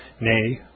nay